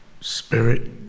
spirit